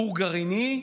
כור גרעיני.